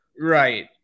right